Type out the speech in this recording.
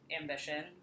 ambition